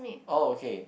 orh okay